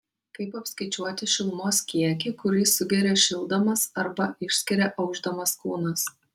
kaip apskaičiuoti šilumos kiekį kurį sugeria šildamas arba išskiria aušdamas kūnas